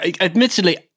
Admittedly